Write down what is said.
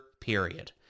period